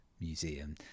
Museum